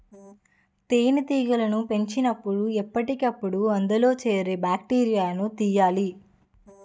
తేనెటీగలను పెంచినపుడు ఎప్పటికప్పుడు అందులో చేరే బాక్టీరియాను తీసియ్యాలి